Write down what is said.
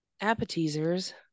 Appetizers